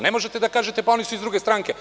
Ne možete da kažete – oni su iz druge stranke.